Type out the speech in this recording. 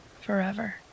forever